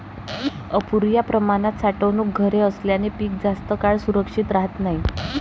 अपुर्या प्रमाणात साठवणूक घरे असल्याने पीक जास्त काळ सुरक्षित राहत नाही